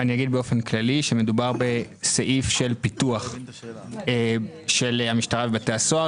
אומר באופן כללי שמדובר בסעיף של פיתוח של המשטרה על בתי הסוהר,